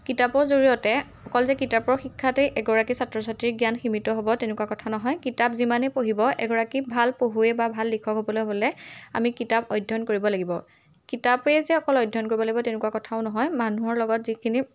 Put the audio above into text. কিতাপৰ জৰিয়তে অকল যে কিতাপৰ শিক্ষাতেই এগৰাকী ছাত্ৰ ছাত্ৰীক জ্ঞান সীমিত হ'ব তেনেকুৱা কথা নহয় কিতাপ যিমানেই পঢ়িব এগৰাকী ভাল পঢ়ুৱে বা ভাল লিখক হ'বলৈ হ'লে আমি কিতাপ অধ্যয়ন কৰিব লাগিব কিতাপেই যে অকল অধ্যয়ন কৰিব লাগিব তেনেকুৱা কথাও নহয় মানুহৰ লগত যিখিনি